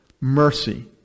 mercy